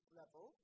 level